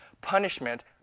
punishment